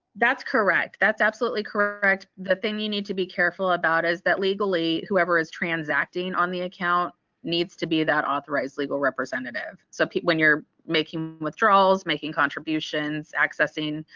that's correct that's absolutely correct. the thing you need to be careful about is that legally whoever is transacting on the account needs to be that authorized legal representative so people when you're making withdrawals making contributions accessing